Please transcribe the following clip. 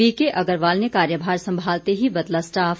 BK Agarwal ने कार्यभार संभालते ही बदला स्टाफ